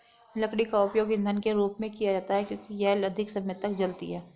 लकड़ी का उपयोग ईंधन के रूप में किया जाता है क्योंकि यह अधिक समय तक जलती है